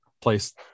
place